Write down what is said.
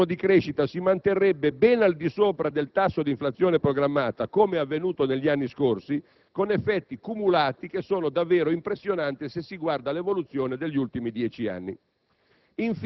che il ritmo di crescita si manterrebbe ben al di sopra del tasso di inflazione programmata, come è avvenuto negli anni scorsi, con effetti cumulati che sono davvero impressionanti se si guarda all'evoluzione degli ultimi dieci anni.